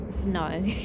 no